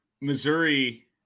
Missouri